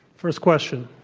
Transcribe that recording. first question.